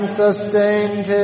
sustained